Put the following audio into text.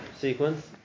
sequence